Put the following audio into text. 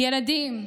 // ילדים,